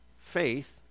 faith